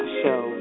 show